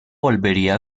volvería